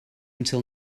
until